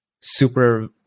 super